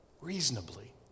reasonably